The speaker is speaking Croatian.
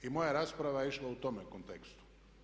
I moja rasprava je išla u tome kontekstu.